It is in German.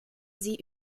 sie